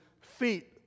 feet